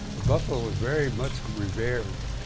buffalo was very much revered,